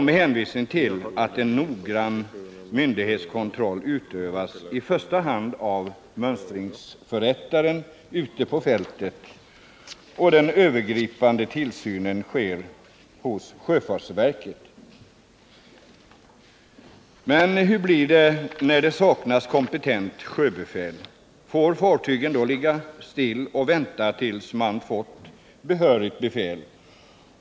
Man hänvisar då till att en noggrann myndighetskontroll utövas, i första hand av mönstringsförrättaren ute på fältet, och att den övergripande tillsynen sker hos sjöfartsverket. Men hur blir det när det saknas kompetent sjöbefäl — får fartygen då ligga och vänta tills man fått behörigt befäl?